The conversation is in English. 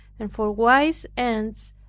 and for wise ends,